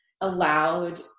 allowed